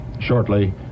shortly